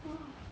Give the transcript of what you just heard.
oh